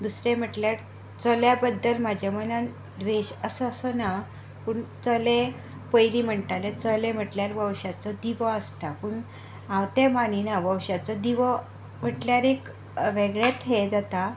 दुसरें म्हटल्यार चलया बद्दल म्हज्या मनांत द्वेश आसा असो ना पूण चले पयलीं म्हणटाले चले म्हणल्यार वंशाचो दिवो आसता पूण हांव तें मानिना वंशाचो दिवो म्हणल्यार एक वेगळेंच हें जाता